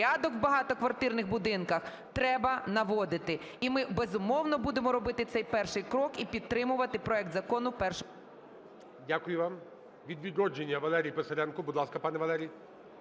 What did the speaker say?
Дякую вам. Від "Відродження" Валерій Писаренко. Будь ласка, пане Валерій.